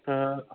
تہٕ